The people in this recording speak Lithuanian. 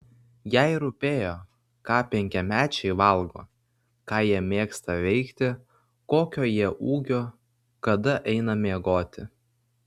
jai rūpėjo ką penkiamečiai valgo ką jie mėgsta veikti kokio jie ūgio kada eina miegoti